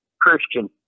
Christian